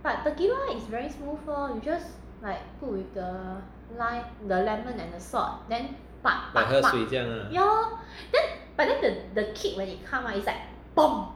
like 喝水这样啊